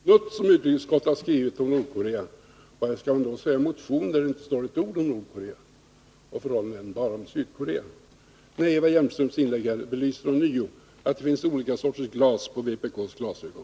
Herr talman! Det talas här om ”den lilla snutt” som utskottet har skrivit om Nordkorea. Vad kan man då säga om motionen, där det inte står ett ord om Nordkorea och förhållandena i det landet, utan där det bara talas om Sydkorea? Nej, Eva Hjelmströms inlägg här belyser ånyo att det finns olika sorters glas på vpk:s glasögon.